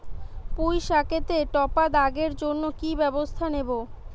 পুই শাকেতে টপা দাগের জন্য কি ব্যবস্থা নেব?